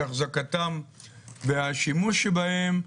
החזקתם והשימוש בהם,